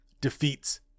defeats